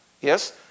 Yes